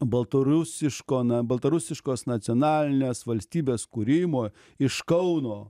baltarusiško na baltarusiškos nacionalinės valstybės kūrimo iš kauno